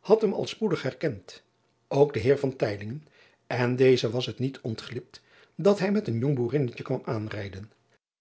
had hem al spoedig herkend ook de eer en dezen was het niet ontglipt dat hij met een jong boerinnetje kwam aanrijden